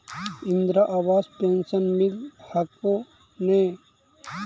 Indira Awas pension मिल हको ने?